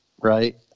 right